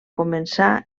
començar